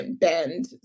bend